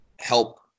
help